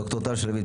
ד"ר טל שביט,